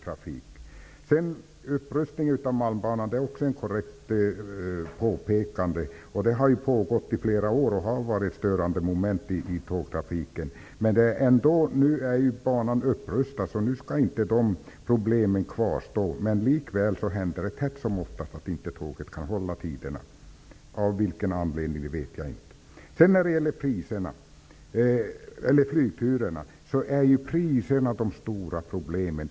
När det gäller upprustningen av malmbanan gör kommunikationsministern ett korrekt påpekande. Den har ju pågått i flera år och varit ett störande moment i tågtrafiken. Men nu är ju banan upprustad så de problemen skall inte kvarstå. Det händer likväl tätt som oftast att tåget inte kan hålla tiderna. Jag vet inte vad anledningen till det är. När det gäller flygturerna är det priserna som är det stora problemet.